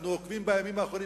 אנחנו עוקבים בימים האחרונים,